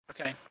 Okay